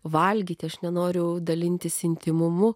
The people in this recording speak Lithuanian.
valgyti aš nenoriu dalintis intymumu